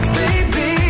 baby